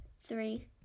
three